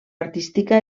artística